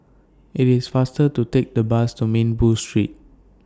IT IS faster to Take The Bus to Minbu Road